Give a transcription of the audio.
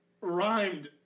rhymed